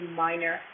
minor